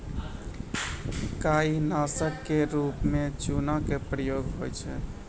काई नासक क रूप म चूना के प्रयोग होय छै